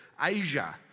Asia